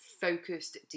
focused